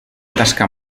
tasca